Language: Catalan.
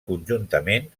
conjuntament